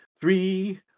three